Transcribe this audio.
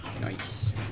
Nice